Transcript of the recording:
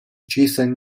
giessen